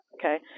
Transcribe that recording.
okay